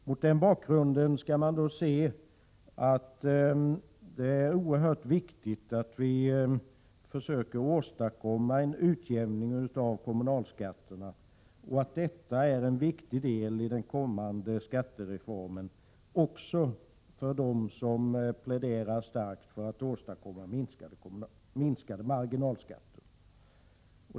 Mot den bakgrunden skall man se att det är oerhört viktigt att vi försöker åstadkomma en utjämning av kommunalskatterna. Detta är en viktig del i den kommande skattereformen, även för dem som pläderar starkt för att åstadkomma minskade marginalskatter.